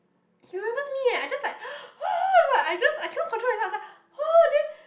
he remembers me eh I just like oh I'm like I just I cannot control myself I was like oh then